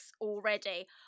already